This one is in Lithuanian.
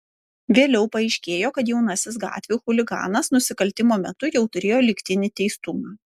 vėliau paaiškėjo kad jaunasis gatvių chuliganas nusikaltimo metu jau turėjo lygtinį teistumą